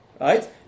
Right